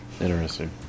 Interesting